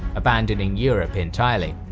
abandoning europe entirely.